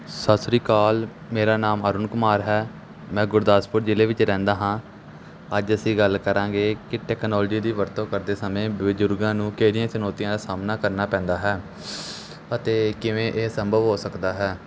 ਸਤਿ ਸ਼੍ਰੀ ਅਕਾਲ ਮੇਰਾ ਨਾਮ ਅਰੁਣ ਕੁਮਾਰ ਹੈ ਮੈਂ ਗੁਰਦਾਸਪੁਰ ਜਿਲ੍ਹੇ ਵਿੱਚ ਰਹਿੰਦਾ ਹਾਂ ਅੱਜ ਅਸੀਂ ਗੱਲ ਕਰਾਂਗੇ ਕਿ ਟੈਕਨੋਲਜੀ ਦੀ ਵਰਤੋਂ ਕਰਦੇ ਸਮੇਂ ਬਜ਼ੁਰਗਾਂ ਨੂੰ ਕਿਹੜੀਆਂ ਚੁਣੌਤੀਆਂ ਦਾ ਸਾਹਮਣਾ ਕਰਨਾ ਪੈਂਦਾ ਹੈ ਅਤੇ ਕਿਵੇਂ ਇਹ ਸੰਭਵ ਹੋ ਸਕਦਾ ਹੈ